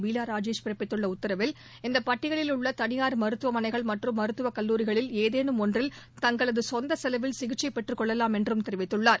பீலா ராஜேஷ் பிறப்பித்துள்ள உத்தரவில் இந்த பட்டியலில் உள்ள தனியாா் மருத்துவமனைகள் மற்றும் மருத்துவ கல்லூரிகளில் ஏதேனும் ஒன்றில் தங்களது சொந்த செலவில் சிகிச்சை பெற்றுக்கொள்ளலாம் என்றும் தெரிவித்துள்ளார்